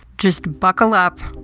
just buckle up.